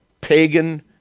pagan